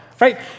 right